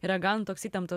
yra gan toks įtempta